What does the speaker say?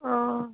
हूँ